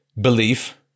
belief